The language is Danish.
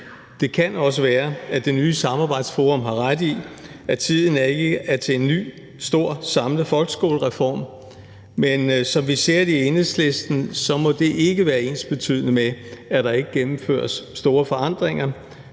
Det kan også være, at det nye samarbejdsforum har ret i, at tiden ikke er til en ny stor samlet folkeskolereform, men som vi ser det i Enhedslisten, må det ikke være ensbetydende med, at der ikke gennemføres store forandringer,